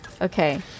Okay